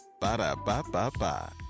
Ba-da-ba-ba-ba